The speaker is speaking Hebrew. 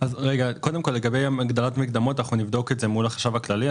אנחנו נבדוק את זה מול החשב הכללי.